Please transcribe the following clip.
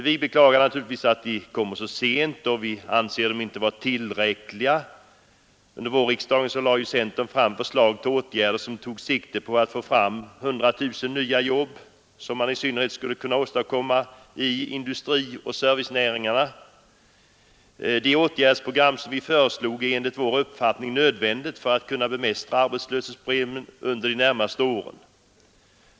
Vi beklagar naturligtvis att de kommer för sent, och vi anser dem heller icke vara tillräckliga. Under vårriksdagen lade centern fram förslag till åtgärder, som tog sikte på att få fram 100 000 nya jobb, vilka i synnerhet skulle kunna åstadkommas i industrioch servicenäringarna. Det åtgärdsprogram som vi föreslog är enligt vår uppfattning nödvändigt för att kunna bemästra arbetslösheten under de närmaste åren.